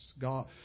God